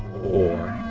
or